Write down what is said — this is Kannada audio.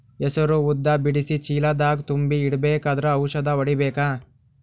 ಹೆಸರು ಉದ್ದ ಬಿಡಿಸಿ ಚೀಲ ದಾಗ್ ತುಂಬಿ ಇಡ್ಬೇಕಾದ್ರ ಔಷದ ಹೊಡಿಬೇಕ?